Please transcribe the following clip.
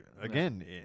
again